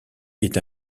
est